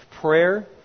prayer